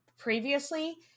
previously